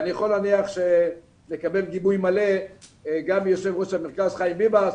אני יכול להניח שאקבל גיבוי מלא גם מיושב ראש המרכז חיים ביבס,